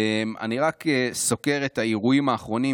אני רק סוקר את האירועים האחרונים,